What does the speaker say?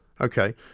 Okay